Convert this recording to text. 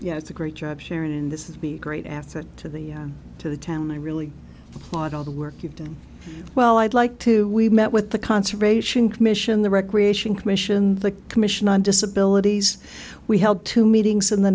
know it's a great job sharon and this is a great asset to the to the town and i really thought all the work you've done well i'd like to we met with the conservation commission the recreation commission the commission on disability we held two meetings in the